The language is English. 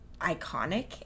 iconic